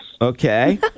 Okay